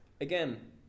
again